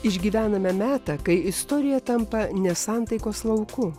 išgyvename metą kai istorija tampa nesantaikos lauku